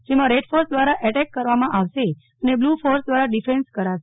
જેમાં red force દ્વારા attack કરવામાં આવશે અન બ્લુ ફોર્સ દ્વારા ડિફેન્સ કરાશે